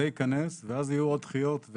זה ייכנס ואז יהיו עוד דחיות.